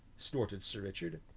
snorted sir richard.